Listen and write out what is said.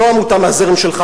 לא עמותה מהזרם שלך,